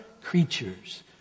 creatures